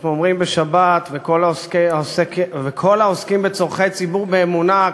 אנחנו אומרים בשבת: "וכל העוסקים בצורכי ציבור באמונה,